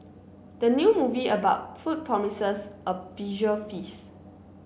the new movie about food promises a visual feast